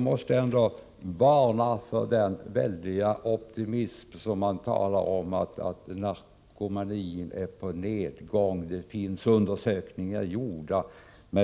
måste jag varna för den stora optimismen när man säger att narkomanin är på nedgång, att det finns undersökningar gjorda som visar på det.